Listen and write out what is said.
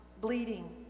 bleeding